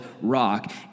rock